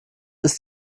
ist